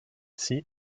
sea